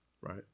right